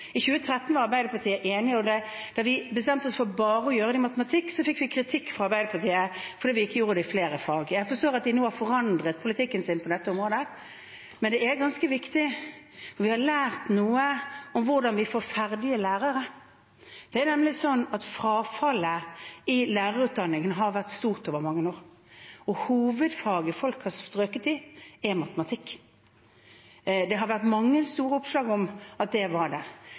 I 2013 var Arbeiderpartiet enig, og da vi bestemte oss for bare å gjøre det i matematikk, fikk vi kritikk fra Arbeiderpartiet for at vi ikke gjorde det i flere fag. Jeg forstår at de nå har forandret politikken sin på dette området. Men det er ganske viktig, og vi har lært noe om hvordan vi får ferdige lærere. Det er nemlig sånn at frafallet i lærerutdanningen har vært stort over mange år, og hovedfaget folk har strøket i, er matematikk. Det har vært mange store oppslag om det. Nå er gjennomføringsgraden i lærerutdanningen høyere. Det betyr at selv om det